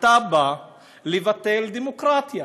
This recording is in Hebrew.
אתה בא לבטל דמוקרטיה.